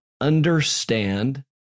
understand